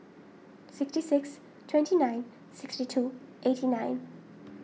sixty six twenty nine sixty two eighty nine